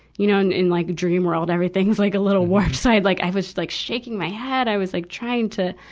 you know, and in like dream world, everything's like a little warp side. like i was just like shaking my head, i was like trying to,